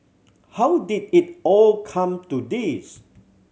how did it all come to this